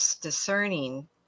discerning